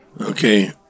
Okay